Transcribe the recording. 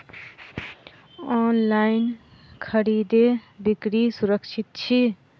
online खरीदै बिक्री सुरक्षित छी